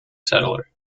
settler